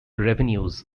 revenues